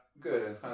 good